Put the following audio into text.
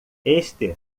este